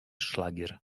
szlagier